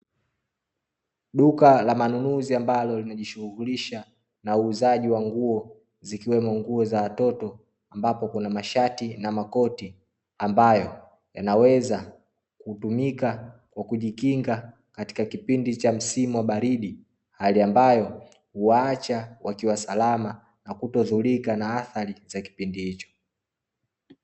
Duka la manunuzi ambalo linajishughulisha na uuzaji wa nguo, zikiwemo nguo za watoto ambapo kuna mashati na makoti, ambayo yanaweza kutumika kwa kujikinga katika kipindi cha msimu wa baridi, hali ambayo huwaacha wakiwa salama na kutodhurika na athari za kipindi hicho.